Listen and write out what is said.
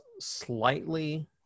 slightly